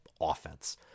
offense